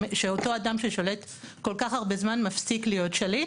שאותו אדם ששולט כל כך הרבה זמן מפסיק להיות שליט,